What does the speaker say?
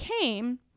came